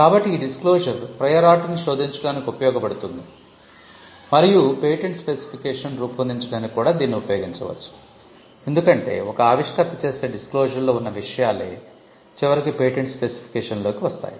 కాబట్టి ఈ డిస్క్లోషర్ లో ఉన్న విషయాలే చివరికి పేటెంట్ స్పెసిఫికేషన్లోకి వస్తాయి